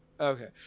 okay